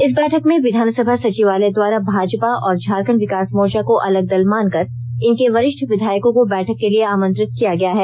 इस बैठक में विधानसभा सचिवालय द्वारा भाजपा और झारखंड विकास मोर्चा को अलग दल मानकर इनके वरिष्ठ विधायकों को बैठक के लिए आमंत्रित किया गया है